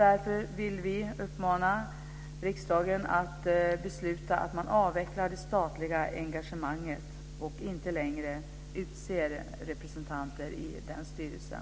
Därför vill vi uppmana riksdagen att besluta att man avvecklar det statliga engagemanget och inte lägre utser representanter i den styrelsen.